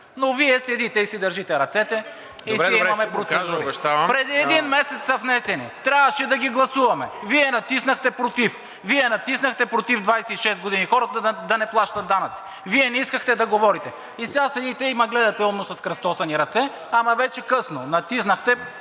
добре, ще му кажа, обещавам. ГЕОРГИ СВИЛЕНСКИ: Преди един месец са внесени! Трябваше да ги гласуваме, Вие натиснахте против, Вие натиснахте против – 26 години хората да не плащат данъци, Вие не искахте да говорите. И сега седите и ме гледате умно с кръстосани ръце, ама вече късно! Натиснахте